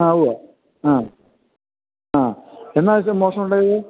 അ ഉവ്വ അ അ എന്നാ മോഷണമുണ്ടായത്